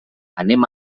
anem